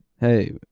hey